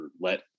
let